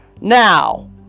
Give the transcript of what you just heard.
Now